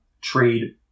trade